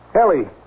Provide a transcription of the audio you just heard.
Ellie